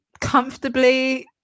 Comfortably